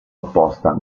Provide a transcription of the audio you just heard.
opposta